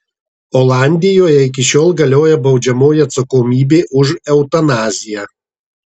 olandijoje iki šiol galioja baudžiamoji atsakomybė už eutanaziją